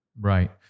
Right